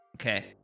Okay